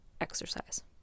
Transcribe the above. exercise